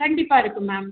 கண்டிப்பாக இருக்குது மேம்